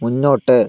മുന്നോട്ട്